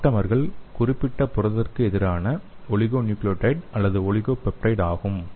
அப்டேமர்கள் குறிப்பிட்ட புரதத்திற்கு எதிரான ஒலிகோநியூக்ளியோடைடு அல்லது ஒலிகோபெப்டைட் ஆகும்